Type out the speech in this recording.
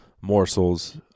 morsels